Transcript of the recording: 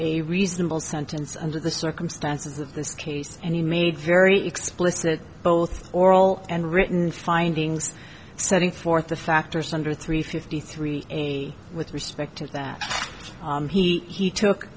a reasonable sentence under the circumstances of this case and he made very explicit both oral and written findings setting forth the factors under three fifty three and with respect to that he took